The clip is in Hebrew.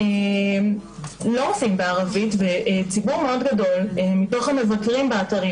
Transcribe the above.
לא מופיעים בערבית וציבור מאוד גדול מהמבקרים באתרים